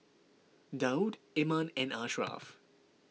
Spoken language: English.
Daud Iman and Ashraf